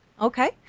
Okay